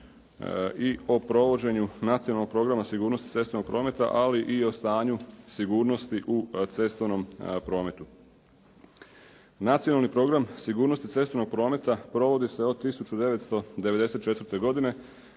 i o provođenju Nacionalnog programa sigurnosti cestovnog prometa ali i o stanju sigurnosti u cestovnom prometu. Nacionalni program sigurnosti cestovnog prometa provodi se od 1994. godine